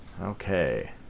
Okay